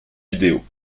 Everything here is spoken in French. vidéo